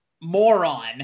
moron